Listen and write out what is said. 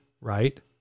right